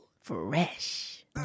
Fresh